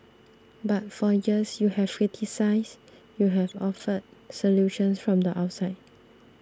but for years you have criticised you have offered solutions from the outside